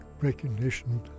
recognition